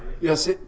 Yes